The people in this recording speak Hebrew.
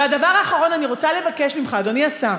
והדבר האחרון, אני רוצה לבקש ממך, אדוני השר: